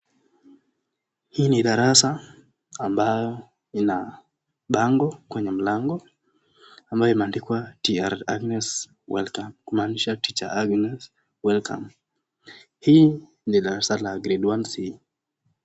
Hii ni darasa ambayo ina bango kwenye mlango, ambayo imeandikwa Tr Agnes welcome , kumaanisha teacher Agnes welcome . Hii ni darasa la grade one C